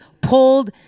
pulled